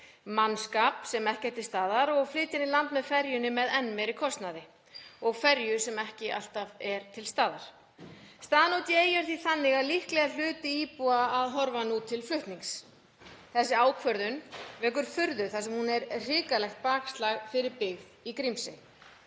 mannskap, sem ekki er til staðar, og flytja hann í land með ferjunni með enn meiri kostnaði, ferju sem ekki alltaf er til staðar. Staðan úti í eyju er því þannig að líklega er hluti íbúa að horfa nú til flutnings. Þessi ákvörðun vekur furðu þar sem hún er hrikalegt bakslag fyrir byggð í Grímsey.